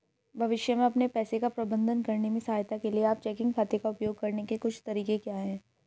भविष्य में अपने पैसे का प्रबंधन करने में सहायता के लिए आप चेकिंग खाते का उपयोग करने के कुछ तरीके क्या हैं?